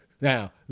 Now